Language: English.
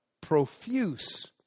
profuse